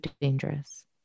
dangerous